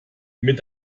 mit